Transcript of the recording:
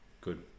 Good